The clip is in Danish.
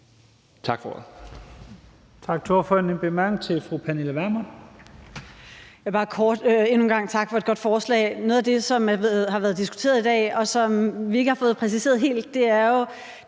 Noget af det, som har været diskuteret i dag, og som vi ikke har fået præciseret helt, er jo